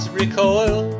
recoil